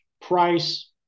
price